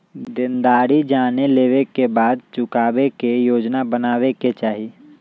देनदारी जाने लेवे के बाद चुकावे के योजना बनावे के चाहि